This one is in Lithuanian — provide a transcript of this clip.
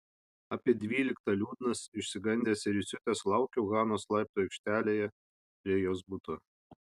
apie dvyliktą liūdnas išsigandęs ir įsiutęs laukiau hanos laiptų aikštelėje prie jos buto